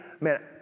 Man